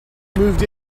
moved